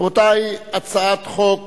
רבותי, הצעת חוק